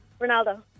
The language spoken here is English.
Ronaldo